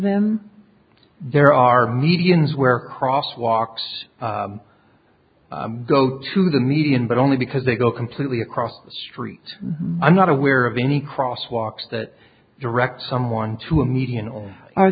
them there are medians where cross walks go to the median but only because they go completely across the street i'm not aware of any cross walks that directs someone to a median or